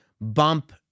bump